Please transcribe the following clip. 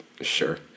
sure